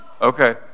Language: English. Okay